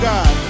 God